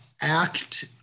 act